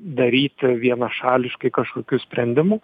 daryti vienašališkai kažkokių sprendimų